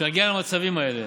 שנגיע למצבים האלה,